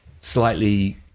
slightly